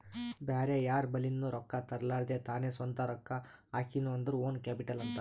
ಬ್ಯಾರೆ ಯಾರ್ ಬಲಿಂದ್ನು ರೊಕ್ಕಾ ತರ್ಲಾರ್ದೆ ತಾನೇ ಸ್ವಂತ ರೊಕ್ಕಾ ಹಾಕಿನು ಅಂದುರ್ ಓನ್ ಕ್ಯಾಪಿಟಲ್ ಅಂತಾರ್